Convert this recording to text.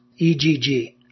EGG